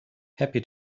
happy